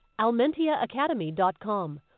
AlmentiaAcademy.com